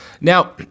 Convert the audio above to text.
now